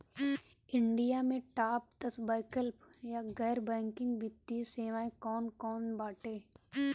India में top दस वैकल्पिक या गैर बैंकिंग वित्तीय सेवाएं कौन कोन बाटे?